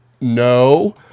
no